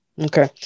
Okay